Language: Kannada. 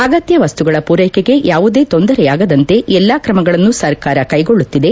ಅಗತ್ಯವಸ್ತುಗಳ ಪೂರೈಕೆಗೆ ಯಾವುದೇ ತೊಂದರೆಯಾಗದಂತೆ ಎಲ್ಲಾ ಕ್ರಮಗಳನ್ನು ಸರ್ಕಾರ ಕೈಗೊಳ್ಳುತ್ತಿದೆ